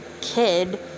kid